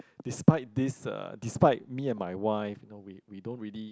despite this uh despite me and my wife you know we we don't really